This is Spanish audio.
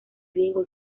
riego